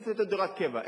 עדיף לתת לו דירת קבע.